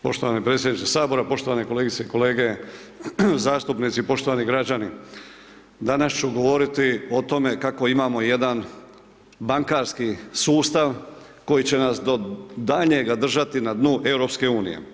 Poštovani predsjedniče sabora, poštovane kolegice i kolege zastupnici, poštovani građani, danas ću govoriti o tome kako imamo jedan bankarski sustav koji će nas do daljnjega držati na dnu EU.